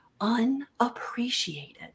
unappreciated